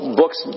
books